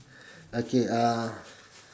okay uh